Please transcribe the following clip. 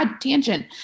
tangent